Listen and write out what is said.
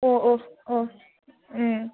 ꯑꯣ ꯑꯣ ꯑꯣ ꯎꯝ